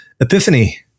Epiphany